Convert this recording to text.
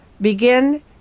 begin